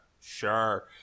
sure